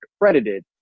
accredited